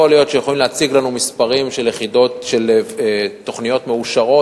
יכול להיות שיכולים להציג לנו מספרים של תוכניות מאושרות,